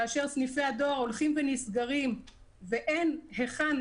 כאשר סניפי הדואר הולכים ונסגרים ואין היכן